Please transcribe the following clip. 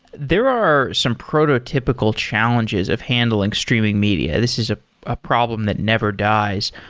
there are some prototypical challenges of handling streaming media. this is ah a problem that never dies.